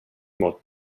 mot